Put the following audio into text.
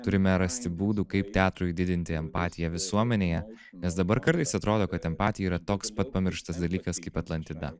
turime rasti būdų kaip teatrui didinti empatiją visuomenėje nes dabar kartais atrodo kad empatija yra toks pat pamirštas dalykas kaip atlantida